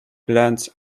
blends